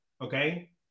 okay